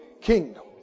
Kingdom